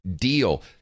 deal